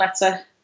letter